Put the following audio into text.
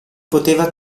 poteva